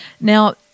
Now